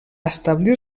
establir